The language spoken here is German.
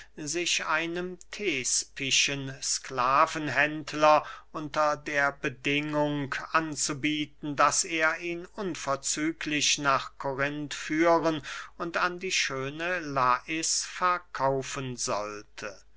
sich einem thespischen sklavenhändler unter der bedingung anzubieten daß er ihn unverzüglich nach korinth führen und an die schöne lais verkaufen sollte